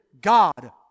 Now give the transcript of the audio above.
God